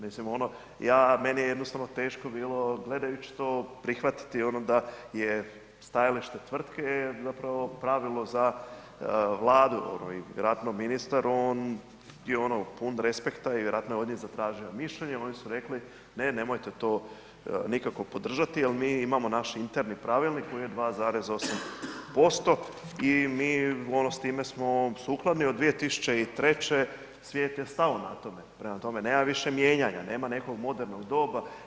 Mislim ono, ja, meni je jednostavno teško bilo gledajući to prihvatiti ono da je stajalište tvrtke zapravo pravilo za Vladu, vjerojatno ministar, on je pun respekta i vjerojatno je ovdje zatražio mišljenje, oni su rekli, ne nemojte to nikako podržati jer mi imamo naš interni pravilnik koji je 2,8% i mi s time smo sukladni od 2003., svijet je stao na tome, prema tome ne više mijenjanja, nema nekog modernog doba.